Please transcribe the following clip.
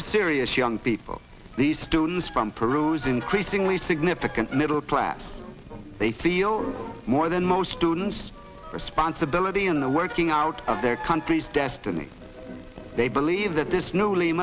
are serious young people the students from peru's increasingly significant middle class they feel more than most students responsibility in the working out of their country's destiny they believe that this newly